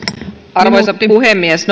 arvoisa puhemies